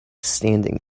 standing